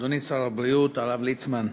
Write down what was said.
אדוני שר הבריאות הרב ליצמן,